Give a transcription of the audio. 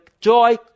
joy